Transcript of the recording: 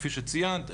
כפי שציינת,